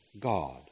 God